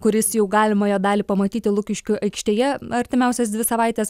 kuris jau galima jo dalį pamatyti lukiškių aikštėje artimiausias dvi savaites